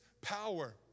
power